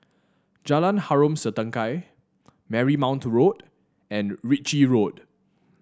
Jalan Harom Setangkai Marymount Road and Ritchie Road